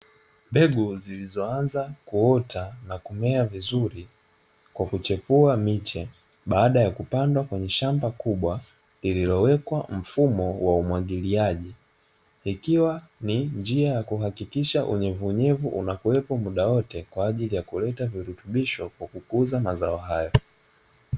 Mbegu zilizo anza kuota na kumea vizuri kwa kuchipua miche baada ya kupandwa kwenye shamba kubwa lililowekwa mfumo wa umwagiliaji, ikiwa ni njia ya kuhakikisha unyevunyevu unakuwepo muda wote kwa ajili ya kuleta virutubisho kwa kukuza na mazao hayo.